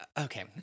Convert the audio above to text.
Okay